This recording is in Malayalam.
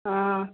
ആ